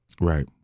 Right